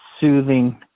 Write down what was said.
soothing